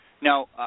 now